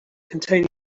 containing